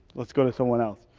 let's go to someone else.